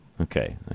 Okay